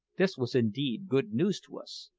this was indeed good news to us,